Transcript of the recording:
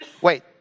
Wait